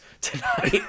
tonight